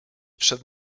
przed